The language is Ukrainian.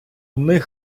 них